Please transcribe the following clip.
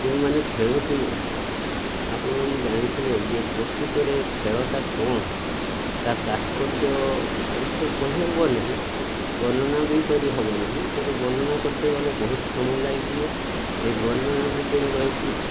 ଯେଉଁମାନେ ଖେଳୁଥିବେ ଆପଣମାନେ ଜାଣିଥିବେ ଯେ ପ୍ରକୃତରେ ଖେଳଟା କ'ଣ ତାତ୍ପର୍ଯ୍ୟ ଅବଶ୍ୟ କହିହେବ ନାହିଁ ବର୍ଣ୍ଣନା ବି କରିହେବ ନାହିଁ ତେବେ ବର୍ଣ୍ଣନା କରତେ ଗଲେ ବହୁତ ସମୟ ଲାଗିଯିବ ଏ ବର୍ଣ୍ଣନା ଭିତରେ ରହିଛି